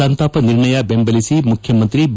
ಸಂತಾಪ ನಿರ್ಣಯ ಬೆಂಬಲಿಸಿ ಮುಖ್ಯಮಂತ್ರಿ ಬಿ